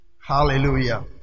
Hallelujah